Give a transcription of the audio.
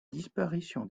disparition